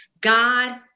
God